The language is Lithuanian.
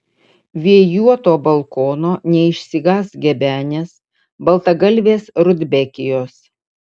vėjuoto balkono neišsigąs gebenės baltagalvės rudbekijos